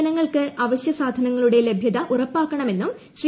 ജനങ്ങൾക്ക് അവശൃ സാധനങ്ങളുടെ ലഭൃത ഉറപ്പാക്കണമെന്നും ശ്രീ